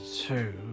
two